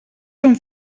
són